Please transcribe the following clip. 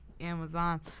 Amazon